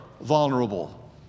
vulnerable